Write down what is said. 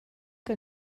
que